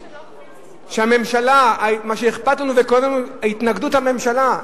מה שאכפת לנו וכואב לנו זה התנגדות הממשלה.